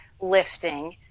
lifting